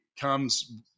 comes